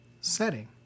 setting